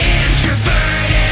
introverted